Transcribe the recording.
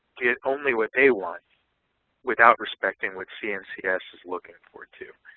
get only what they want without respecting what cncs is looking for, too.